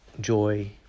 joy